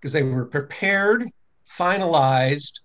because they were prepared finalized